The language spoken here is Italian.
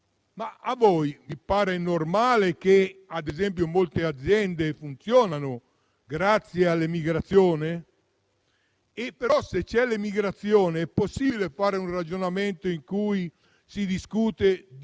A voi sembra normale che, ad esempio, molte aziende funzionino grazie all'immigrazione? Tuttavia, se c'è l'immigrazione, è possibile fare un ragionamento in cui si discute di